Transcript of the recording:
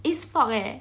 it's pork eh